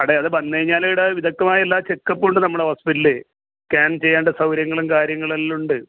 അവിടെ അത് വന്നു കഴിഞ്ഞാൽ ഇവിടെ വിദഗ്ധമായ എല്ലാ ചെക്കപ്പും ഉണ്ട് നമ്മുടെ ഹോസ്പിറ്റലിൽ സ്കാൻ ചെയ്യേണ്ട സൗകര്യങ്ങളും കാര്യങ്ങളും എല്ലാമുണ്ട്